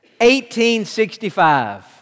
1865